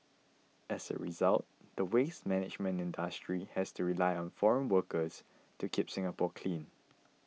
as a result the waste management industry has to rely on foreign workers to keep Singapore clean